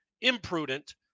imprudent